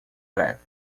breve